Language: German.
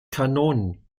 kanonen